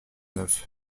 neuf